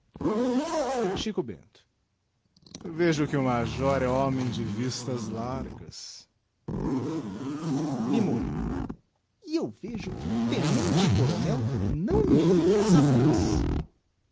xico bento vejo que o major é homem de vistas largas limoeiro e eu vejo que o tenente-coronel não me fica atraz